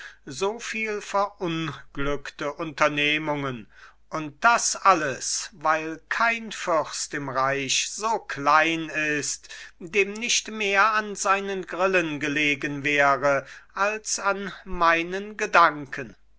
so viel verunglückte unternehmungen und das alles weil kein fürst im reich so klein ist dem nicht mehr an seinen grillen gelegen wäre als an meinen gedanken